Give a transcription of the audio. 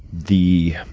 the